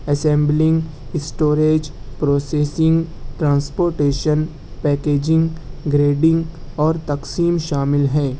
assembling storage processing transportation packaging grading اور تقسیم شامل ہیں